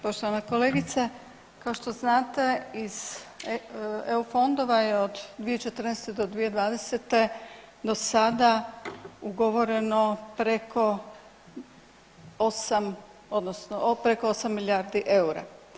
Poštovana kolegice, kao što znate iz EU fondova je od 2014. do 2020. do sada ugovoreno preko 8 odnosno preko 8 milijardi eura.